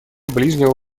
ближнего